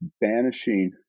banishing